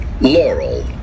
laurel